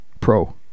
pro